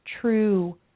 true